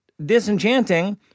disenchanting